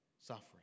suffering